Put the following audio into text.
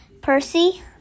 Percy